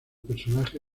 personaje